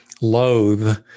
loathe